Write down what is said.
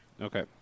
Okay